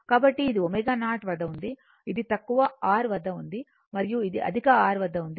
కాబట్టి ఇది ω0 వద్ద ఉంది ఇది తక్కువ R వద్ద ఉంది మరియు ఇది అధిక R వద్ద ఉంది